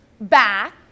Back